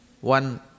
One